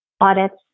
audits